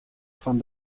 fan